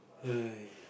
!aiya!